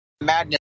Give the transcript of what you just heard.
madness